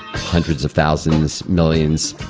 hundreds of thousands, millions,